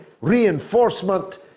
reinforcement